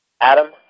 Adam